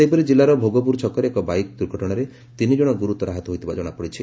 ସେହିପରି ଜିଲ୍ଲାର ଭୋଗପୁର ଛକରେ ଏକ ବାଇକ୍ ଦୁର୍ଘଟଣାରେ ତିନି ଜଣ ଗୁରୁତର ଆହତ ହୋଇଥିବା ଜଶାପଡ଼ିଛି